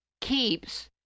keeps